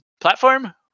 platform